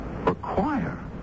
Require